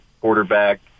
quarterback